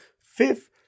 fifth